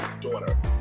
Daughter